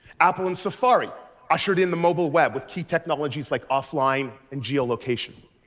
apple and safari ushered in the mobile web with key technologies like offline and geolocation.